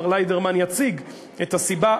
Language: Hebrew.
מר ליידרמן יציג את הסיבה,